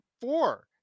four